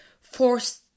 forced